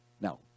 Now